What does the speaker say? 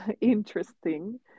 interesting